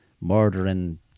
murdering